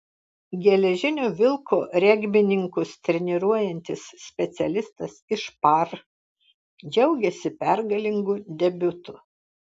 geležinio vilko regbininkus treniruojantis specialistas iš par džiaugiasi pergalingu debiutu